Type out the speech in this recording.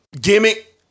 gimmick